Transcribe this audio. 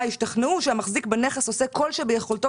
השתכנעה שהמחזיק בנכס עושה כל שביכולתו